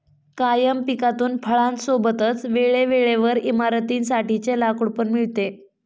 कायम पिकातून फळां सोबतच वेळे वेळेवर इमारतीं साठी चे लाकूड पण मिळते